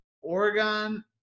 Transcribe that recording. Oregon